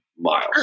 miles